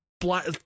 black